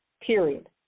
period